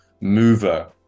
mover